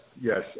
yes